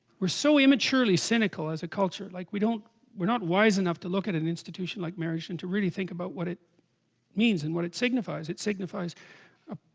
we're so immaturely cynical as a culture like we don't we're not wise to look at an institution like marriage and to really think about what it means and what it signifies it signifies a?